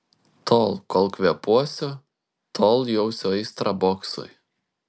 tol kol kvėpuosiu tol jausiu aistrą boksui